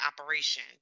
operation